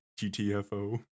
GTFO